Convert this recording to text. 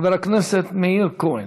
חבר הכנסת מאיר כהן.